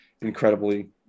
incredibly